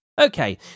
Okay